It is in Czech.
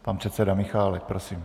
Pan předseda Michálek, prosím.